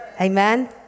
Amen